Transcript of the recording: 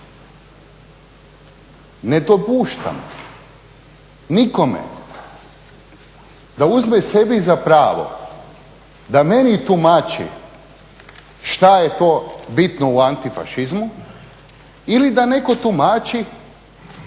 Ne dopuštam nikome da uzme sebi za pravo da meni tumači što je to bitno u antifašizmu ili da netko tumači